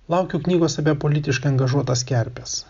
laukiu knygos apie politiškai angažuotas kerpes